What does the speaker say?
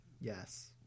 Yes